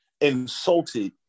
insulted